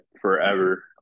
forever